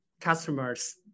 customers